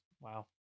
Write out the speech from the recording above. Wow